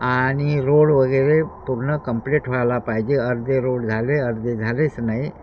आणि रोड वगैरे पूर्ण कंप्लेट व्हायला पाहिजे अर्धे रोड झाले अर्धे झालेच नाही